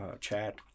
chat